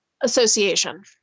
Association